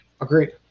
Agreed